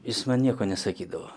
jis man nieko nesakydavo